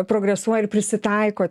progresuoja ir prisitaiko